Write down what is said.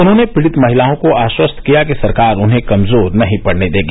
उन्होंने पीड़ित महिलाओं को आश्वस्त किया कि सरकार उन्हें कमजोर नही पड़ने देगी